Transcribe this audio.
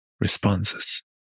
responses